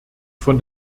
von